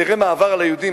תראה מה עבר על היהודים,